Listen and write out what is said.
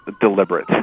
deliberate